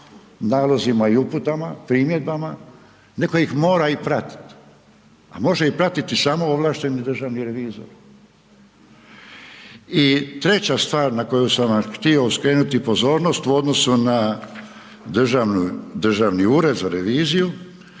nalozima, uputama i primjedbama, netko ih mora i pratiti, a može ih pratiti samo ovlašteni državni revizor. I treća stvar na koju sam vam htio skrenuti pozornost, u odnosu na Državni ured za reviziju,